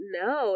no